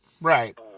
right